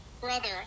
Brother